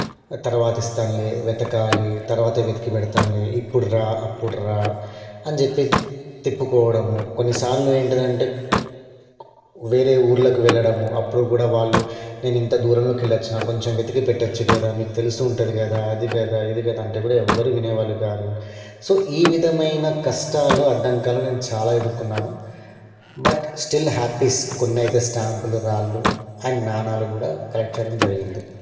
తర్వాత ఇస్తాను వెతకాలి తర్వాత వెతికి పెడతాను ఇప్పుడురా అప్పుడురా అని చెప్పి తిప్పుకోవడము కొన్నిసార్లు ఏంటంటే వేరే ఊళ్ళకు వెళ్ళడము అప్పుడు కూడా వాళ్ళు నేను ఇంత దూరంలోకి వెళ్ళి వచ్చిన కొంచెం వెతికి పెట్టవచ్చు కదా మీకు తెలిసి ఉంటుంది కదా అది కదా ఇది కదా అంటే కూడా ఎవరు వినేవాళ్ళు కాదు సో ఈ విధమైన కష్టాలు అడ్డంకులు నేను చాలా ఎదుర్కొన్నాను బట్ స్టిల్ హ్యాపీ కొన్ని అయితే స్టాంపులు రాళ్ళు అండ్ నాణ్యాలు కూడా కలెక్ట్ చేయడం జరిగింది